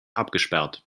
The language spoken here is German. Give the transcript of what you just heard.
abgesperrt